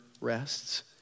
rests